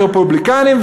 יש רפובליקנים,